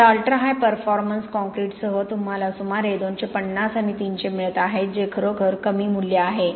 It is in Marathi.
आता अल्ट्रा हाय परफॉर्मन्स कॉंक्रिटसह तुम्हाला सुमारे २५० आणि ३०० मिळत आहेत जे खरोखर कमी मूल्य आहे